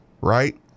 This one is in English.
right